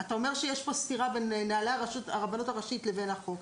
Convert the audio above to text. אתה אומר שיש פה סתירה בין נהלי הרבנות הראשית לבין החוק,